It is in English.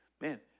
man